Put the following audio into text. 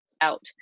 out